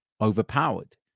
overpowered